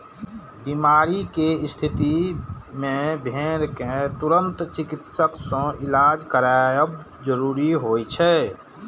बीमारी के स्थिति मे भेड़ कें तुरंत चिकित्सक सं इलाज करायब जरूरी होइ छै